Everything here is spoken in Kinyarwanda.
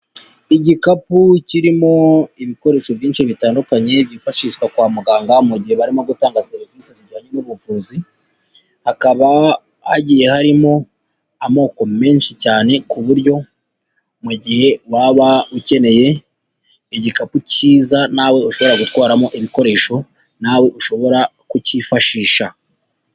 Igikapu kirimo ibikoresho byinshi bitandukanye byifashishwa kwa muganga mu gihe barimo gutanga serivise ziinjyanye n'ubuvuzi, hakaba hagiye harimo amoko menshi cyane ku buryo mu gihe waba ukeneye igikapu kiza nawe ushobora gutwaramo ibikoresho, nawe ushobora kukifashisha.